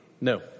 No